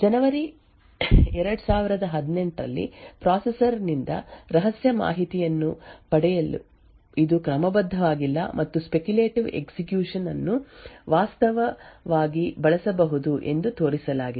ಜನವರಿ 2018 ರಲ್ಲಿ ಪ್ರೊಸೆಸರ್ನಿಂದ ರಹಸ್ಯ ಮಾಹಿತಿಯನ್ನು ಪಡೆಯಲು ಇದು ಕ್ರಮಬದ್ಧವಾಗಿಲ್ಲ ಮತ್ತು ಸ್ಪೆಕ್ಯುಲೇಟಿವ್ ಎಸ್ಎಕ್ಯುಷನ್ ಅನ್ನು ವಾಸ್ತವವಾಗಿ ಬಳಸಬಹುದು ಎಂದು ತೋರಿಸಲಾಗಿದೆ